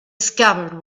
scabbard